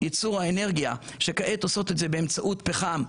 ייצור האנרגיה שכעת עושות את זה באמצעות פחם,